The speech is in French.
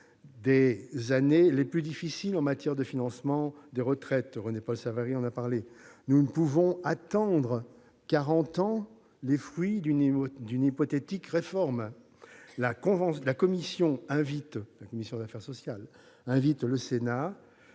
des années les plus difficiles en matière de financement des retraites, René-Paul Savary en a parlé. Nous ne pouvons attendre quarante ans les fruits d'une hypothétique réforme. La commission des affaires sociales invite donc le Sénat